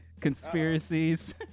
Conspiracies